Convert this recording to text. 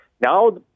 Now